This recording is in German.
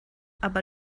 aber